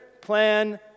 plan